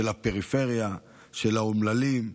של הפריפריה, של האומללים,